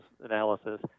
analysis